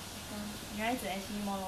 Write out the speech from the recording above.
女孩子也是 talk talk talk talk talk